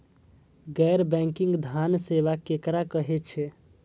गैर बैंकिंग धान सेवा केकरा कहे छे?